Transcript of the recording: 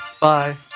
Bye